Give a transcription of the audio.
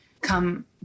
come